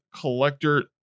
collector